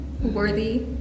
worthy